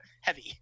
heavy